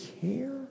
care